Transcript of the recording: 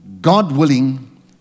God-willing